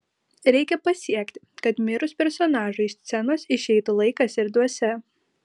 reikia pasiekti kad mirus personažui iš scenos išeitų laikas ir dvasia